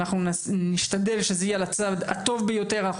אנחנו נשתדל שזה יהיה על הצד הטוב ביותר אנחנו